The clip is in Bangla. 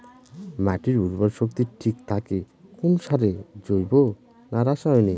মাটির উর্বর শক্তি ঠিক থাকে কোন সারে জৈব না রাসায়নিক?